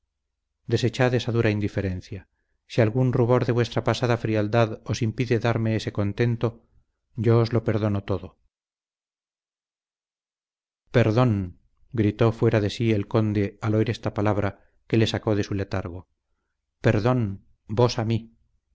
desechad esa dura indiferencia si algún rubor de vuestra pasada frialdad os impide darme ese contento yo os lo perdono todo perdón gritó fuera de sí el conde al oír esta palabra que le sacó de su letargo perdón vos a mí